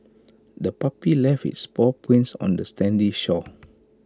the puppy left its paw prints on the sandy shore